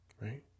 Right